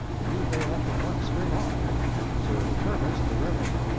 indeed, they elected one straight off sir hervis de revel.